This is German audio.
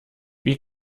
wie